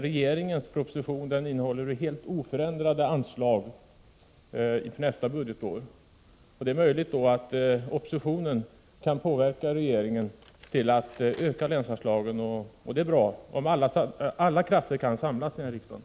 Regeringens proposition innehåller förslag om helt oförändrade anslag för nästa budgetår. Det är möjligt att oppositionen kan påverka regeringen att öka länsanslagen. Det är bra om alla krafter i riksdagen kan samlas bakom detta krav.